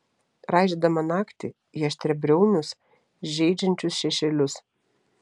raižydama naktį į aštriabriaunius žeidžiančius šešėlius